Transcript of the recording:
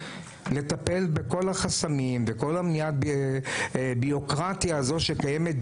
לטפל בכל החסמים ובכל הבירוקרטיה הזאת שקיימת,